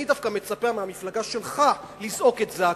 אני דווקא מצפה מהמפלגה שלך לזעוק את זעקתם.